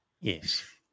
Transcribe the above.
Yes